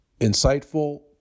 insightful